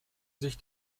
sich